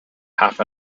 half